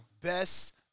Best